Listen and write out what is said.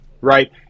Right